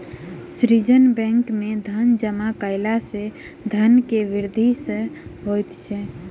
सृजन बैंक में धन जमा कयला सॅ धन के वृद्धि सॅ होइत अछि